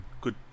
good